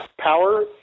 power